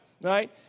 Right